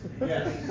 Yes